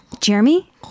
Jeremy